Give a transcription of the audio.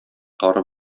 тары